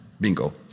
Bingo